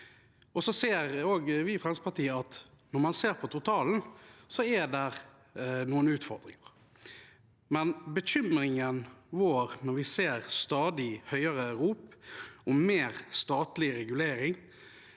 vi i Fremskrittspartiet at når man ser på totalen, er det noen utfordringer. Bekymringen vår når vi hører stadig høyere rop om mer statlig regulering,